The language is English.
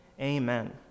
amen